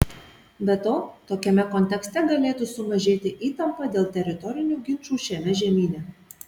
be to tokiame kontekste galėtų sumažėti įtampa dėl teritorinių ginčų šiame žemyne